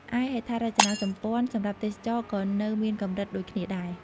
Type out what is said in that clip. ឯ ហេដ្ឋារចនាសម្ព័ន្ធសម្រាប់ទេសចរណ៍ក៏នៅមានកម្រិតដូចគ្នាដែរ។